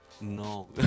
No